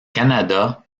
canada